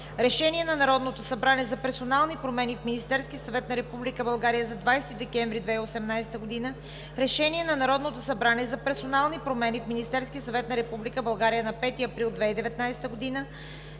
Решение на Народното събрание за персонални промени в Министерския съвет на Република България на 5 април 2019 г. и Решение на Народното събрание за персонални промени в Министерския съвет на Република България от 15 май 2019 г.